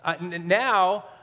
Now